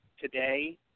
today